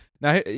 Now